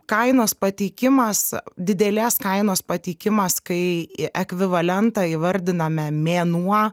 kainos pateikimas didelės kainos pateikimas kai ekvivalentą įvardiname mėnuo